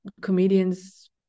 comedians